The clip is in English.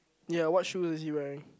ya what shoe is he wearing